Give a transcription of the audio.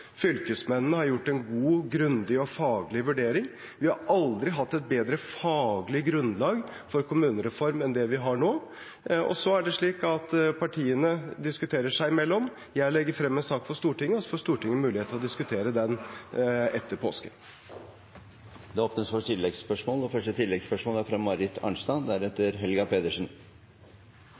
Fylkesmennene har gjort en god, grundig og faglig vurdering. Vi har aldri hatt et bedre faglig grunnlag for en kommunereform enn det vi har nå. Og så er det slik at partiene diskuterer seg imellom, jeg legger frem en sak for Stortinget, og så får Stortinget mulighet til å diskutere den etter påske. Det åpnes for